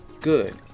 Good